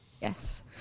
Yes